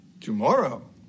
Tomorrow